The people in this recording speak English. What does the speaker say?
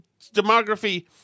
demography